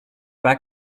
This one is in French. pas